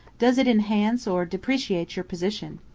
does it enhance or depreciate your position?